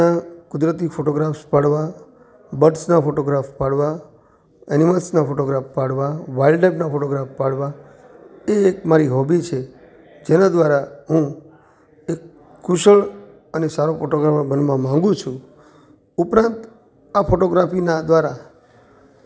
વિવિધ પ્રકારનાં કુદરતી ફોટોગ્રાફ્સ પાડવા બર્ડ્સના ફોટોગ્રાફ પાડવા એનિમલ્સના ફોટોગ્રાફ પાડવા વાઈલ્ડ લાઈફના ફોટોગ્રાફ પાડવા એ એક મારી હોબી છે જેના દ્રારા હું એક કુશળ અને સારો ફોટોગ્રાફર બનવા માગું છું ઉપરાંત આ ફોટોગ્રાફીનાં દ્રારા